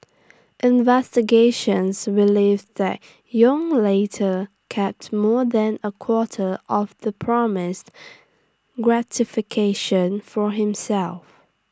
investigations relived that Yong later kept more than A quarter of the promised gratification for himself